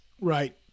Right